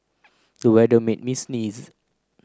the weather made me sneeze